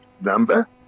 number